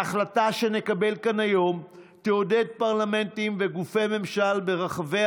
ההחלטה שנקבל כאן היום תעודד פרלמנטים וגופי ממשל ברחבי